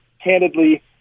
candidly